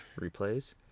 replays